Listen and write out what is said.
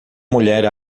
mulher